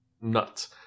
nuts